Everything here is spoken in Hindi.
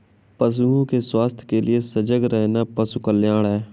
पशुओं के स्वास्थ्य के लिए सजग रहना पशु कल्याण है